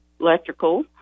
electrical